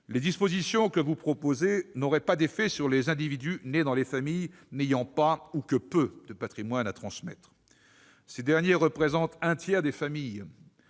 les dispositions que vous proposez n'auraient pas d'effet sur les individus nés dans les familles n'ayant pas ou que peu de patrimoine à transmettre, qui représentent un tiers des familles.